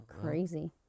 Crazy